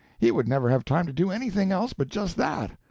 he would never have time to do anything else but just that.